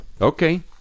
Okay